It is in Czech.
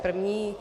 První.